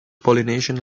polynesian